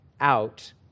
out